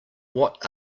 what